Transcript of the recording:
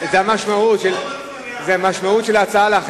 היא מציעה דיון במליאה.